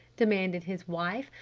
demanded his wife.